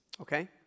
okay